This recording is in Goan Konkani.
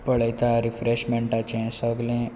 पळयता रिफ्रेशमेंटाचे सगलें